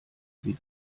sie